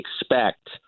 expect